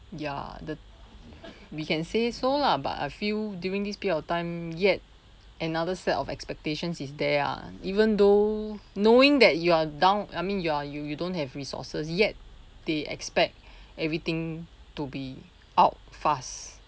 ya the we can say so lah but I feel during this period of time yet another set of expectations is there ah even though knowing that you are down I mean you you you don't have resources yet they expect everything to be out fast